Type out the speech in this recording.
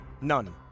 none